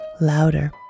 louder